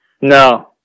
No